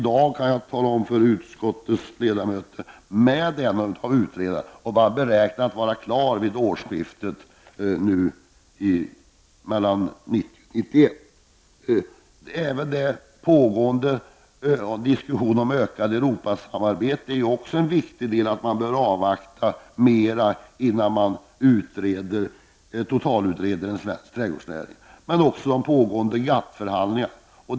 Jag kan tala om för utskottets ledamöter att jag i dag har haft kontakt med en av utredarna och fått veta att utredningen beräknas vara klar vid årsskiftet 1990 Europasamarbete är också en viktig del som bör avvaktas innan man totalutreder en svensk trädgårdsnäring. Detsamma gäller för GATT förhandlingarna.